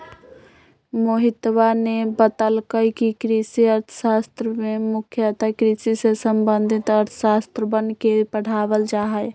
मोहितवा ने बतल कई कि कृषि अर्थशास्त्र में मुख्यतः कृषि से संबंधित अर्थशास्त्रवन के पढ़ावल जाहई